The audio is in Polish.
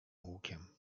lukiem